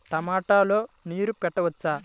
టమాట లో నీరు పెట్టవచ్చునా?